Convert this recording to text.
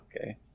Okay